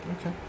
Okay